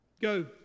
Go